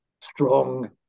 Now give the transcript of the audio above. strong